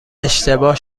اشتباه